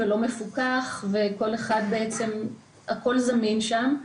לא מפוקח והכל זמין שם.